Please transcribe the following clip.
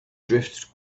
drifts